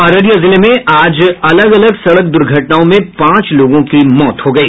अररिया जिले में आज अलग अलग सड़क दुर्घटनाओं में पांच लोगों की मौत हो गई